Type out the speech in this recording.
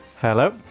Hello